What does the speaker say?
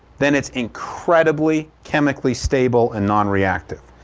then it's incredibly chemically stable and non-reactive.